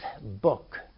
book